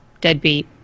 Deadbeat